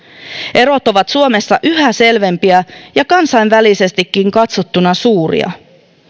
erot ovat suomessa yhä selvempiä ja kansainvälisestikin katsottuna suuria